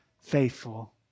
faithful